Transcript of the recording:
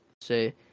say